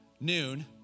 noon